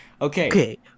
Okay